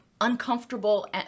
uncomfortable